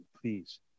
please